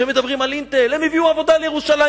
כשהם דיברו על "אינטל": הם הביאו עבודה לירושלים,